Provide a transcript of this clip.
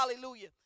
hallelujah